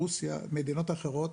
רוסיה ומדינות אחרות,